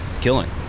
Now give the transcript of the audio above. Killing